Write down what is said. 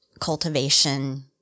Cultivation